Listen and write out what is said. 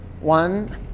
one